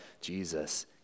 Jesus